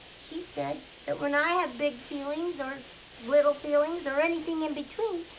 she said that when i have big feelings or little feelings or anything in between,